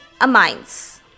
amines